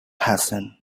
hassan